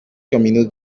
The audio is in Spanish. caminos